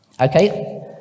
okay